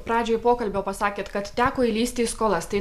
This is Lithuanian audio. pradžioj pokalbio pasakėt kad teko įlįsti į skolas tai